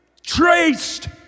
Traced